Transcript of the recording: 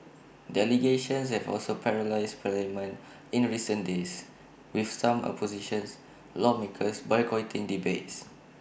the allegations have also paralysed parliament in recent days with some opposition lawmakers boycotting debates